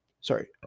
sorry